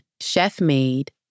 chef-made